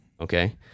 Okay